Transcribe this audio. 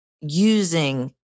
using